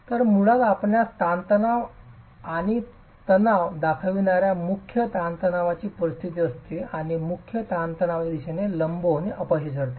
तर मुळात आपणास ताणतणाव आणि तणाव दाखविणार्या मुख्य ताणतणावाची परिस्थिती असते आणि मुख्य तणावाच्या दिशेने लंब होणे अपयशी ठरते